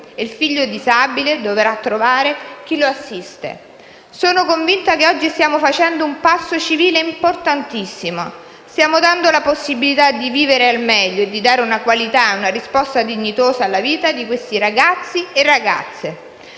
il figlio disabile dovrà trovare chi lo assiste. Sono convinta che oggi stiamo facendo un passo civile importantissimo: stiamo dando la possibilità di vivere al meglio e di dare una qualità e una risposta dignitosa alla vita di questi ragazzi e di